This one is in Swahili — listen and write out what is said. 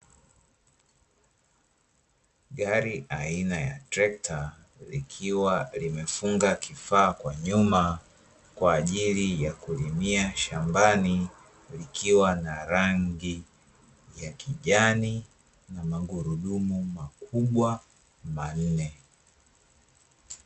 Gari aina ya trekta, likiwa limefunga kifaa kwa nyuma, kwa ajili ya kulimia shambani ikiwa na rangi ya kijani magurudumu makubwa manne.